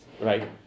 right